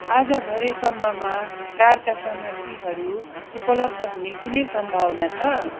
आज भरे सम्ममा कारका सामग्रीहरू उपलब्ध हुने कुनै सम्भावना छ